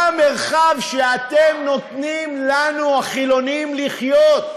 מה המרחב שאתם נותנים לנו, החילונים, לחיות?